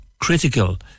critical